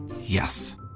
Yes